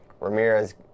Ramirez